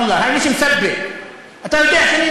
להלן תרגומם: מה דעתך לשוב אל המולדת שלך?